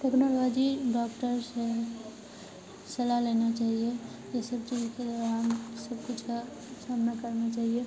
technology doctor से सलाह लेना चाहिए ये सब चीज के दौरान सब कुछ का सामना करना चाहिए